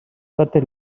totes